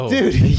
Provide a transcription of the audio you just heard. Dude